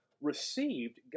received